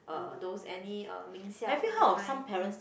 uh those any uh 名校 that kind